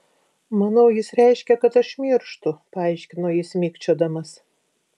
manau jis reiškia kad aš mirštu paaiškino jis mikčiodamas